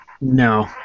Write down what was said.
No